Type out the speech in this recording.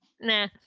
Nah